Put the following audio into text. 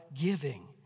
giving